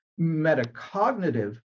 metacognitive